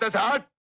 god!